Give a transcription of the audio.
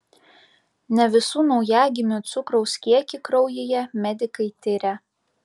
ne visų naujagimių cukraus kiekį kraujyje medikai tiria